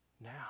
now